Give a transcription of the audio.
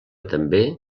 també